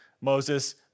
Moses